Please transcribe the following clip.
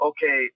Okay